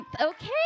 okay